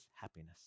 happiness